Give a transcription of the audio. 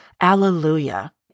Alleluia